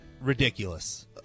ridiculous